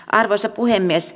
arvoisa puhemies